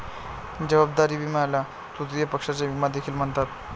जबाबदारी विम्याला तृतीय पक्षाचा विमा देखील म्हणतात